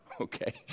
Okay